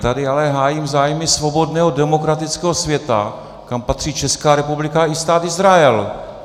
Já tady ale hájím zájmy svobodného demokratického světa, kam patří Česká republika i Stát Izrael.